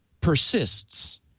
persists